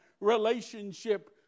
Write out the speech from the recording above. relationship